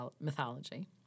mythology